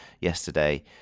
yesterday